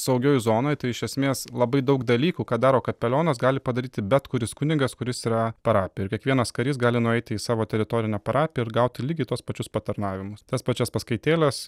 saugioj zonoj tai iš esmės labai daug dalykų ką daro kapelionas gali padaryti bet kuris kunigas kuris yra parapijoj ir kiekvienas karys gali nueiti į savo teritorinę parapiją ir gauti lygiai tuos pačius patarnavimus tas pačias paskaitėles